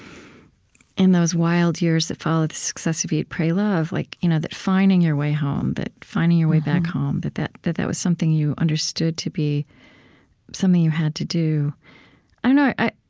in those wild years that followed the success of eat pray love, like you know that finding your way home that finding your way back home that that that was something you understood to be something you had to do i